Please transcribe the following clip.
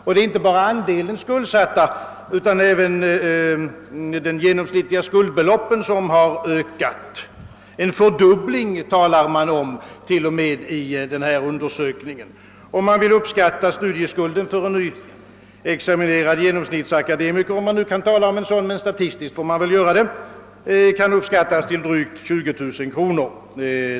Men det är inte bara antalet skuldsatta utan även de genomsnittliga skuldbeloppen som har ökat — en fördubbling talar man till och med om i denna undersökning. Man vill uppskatta studieskulden för en nyutexami nerad genomsnittsakademiker — om man nu kan tala om en sådan, men statistiskt får man väl göra det — till drygt 20 000 kronor.